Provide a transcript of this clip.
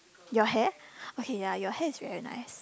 your hair okay ya your hair is really nice